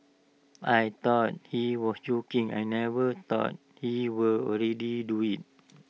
I thought he was joking I never thought he will already do IT